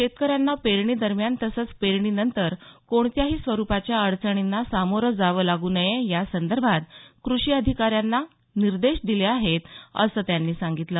शेतकऱ्यांना पेरणी दरम्यान तसंच पेरणीनंतर कोणत्याही स्वरुपाच्या अडचणींना सामोरं जावं लागू नये यासंदर्भात कृषी अधिकाऱ्यांना याबाबत निर्देश दिले आहेत असं त्यांनी सांगितलं